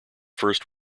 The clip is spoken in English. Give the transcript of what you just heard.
first